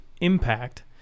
impact